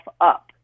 up